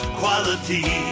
quality